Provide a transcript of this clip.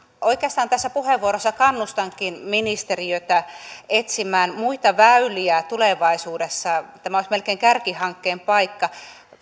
oikeastaan tässä puheenvuorossa kannustankin ministeriötä etsimään muita väyliä tulevaisuudessa tämä olisi melkein kärkihankkeen paikka